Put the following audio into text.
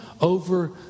over